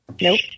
Nope